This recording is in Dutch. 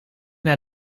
naar